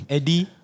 Eddie